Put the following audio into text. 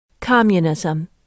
Communism